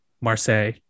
Marseille